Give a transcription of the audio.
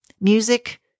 Music